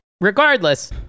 Regardless